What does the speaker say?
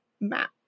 map